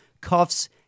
cuffs